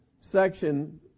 section